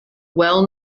well